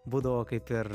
būdavo kaip ir